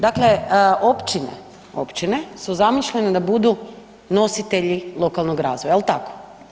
Dakle, općine, općine su zamišljene da budu nositelji lokalnog razvoja, jel tako?